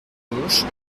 gauche